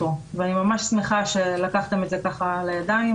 אני ממש שמחה שלקחתם את זה לידיים,